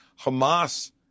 Hamas